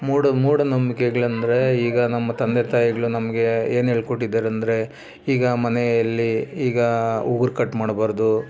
ಮೂಢ ಮೂಢನಂಬ್ಕೆಗಳೆಂದ್ರೆ ಈಗ ನಮ್ಮ ತಂದೆ ತಾಯಿಗಳು ನಮಗೆ ಏನು ಹೇಳ್ಕೊಟ್ಟಿದ್ದಾರೆಂದ್ರೆ ಈಗ ಮನೆಯಲ್ಲಿ ಈಗ ಉಗುರು ಕಟ್ ಮಾಡಬಾರದು